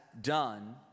done